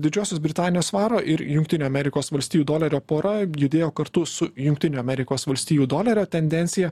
didžiosios britanijos svaro ir jungtinių amerikos valstijų dolerio pora judėjo kartu su jungtinių amerikos valstijų dolerio tendencija